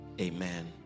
Amen